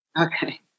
Okay